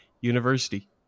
University